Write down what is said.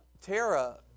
Tara